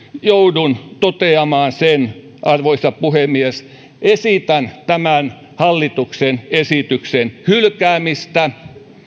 joudun toteamaan sen arvoisa puhemies että esitän tämän hallituksen esityksen hylkäämistä